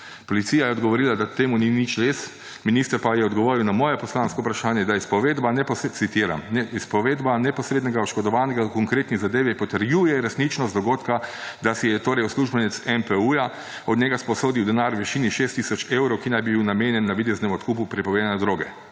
Policija je odgovorila, da temu ni nič res, minister pa je odgovoril na moje poslansko vprašanje, citiram: »Izpovedba neposrednega oškodovanega v konkretni zadevi potrjuje resničnost dogodka, da si je torej uslužbenec NPU od njega sposodil denar v višini 6 tisoč evrov, ki naj bi bil namenjen navideznemu odkupu prepovedane droge.